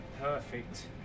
perfect